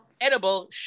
edible